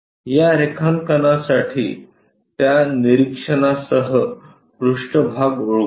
या रेखांकनासाठी त्या निरीक्षणासह पृष्ठभाग ओळखूया